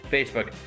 Facebook